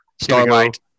Starlight